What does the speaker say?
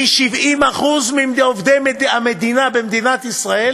כי 70% מעובדי המדינה במדינת ישראל